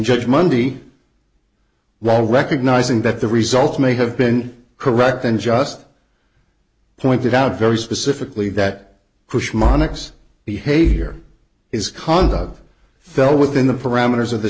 judge monday while recognizing that the results may have been correct then just pointed out very specifically that push monica's behavior is cons of fell within the parameters of the